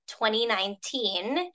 2019